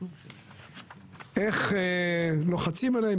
איך לוחצים עליהם,